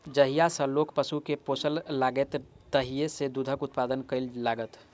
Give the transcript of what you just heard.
जहिया सॅ लोक पशु के पोसय लागल तहिये सॅ दूधक उत्पादन करय लागल